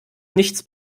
nichts